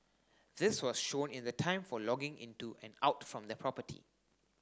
this was shown in the time for logging into and out from the property